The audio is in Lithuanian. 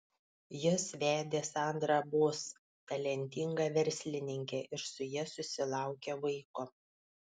jis vedė sandrą boss talentingą verslininkę ir su ja susilaukė vaiko